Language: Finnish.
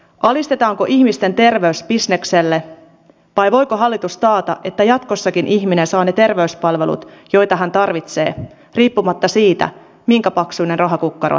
alistetaanko ihmisten terveys bisnekselle vai voiko hallitus taata että jatkossakin ihminen saa ne terveyspalvelut joita hän tarvitsee riippumatta siitä minkä paksuinen rahakukkaro hänellä on